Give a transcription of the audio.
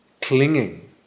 clinging